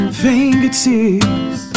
fingertips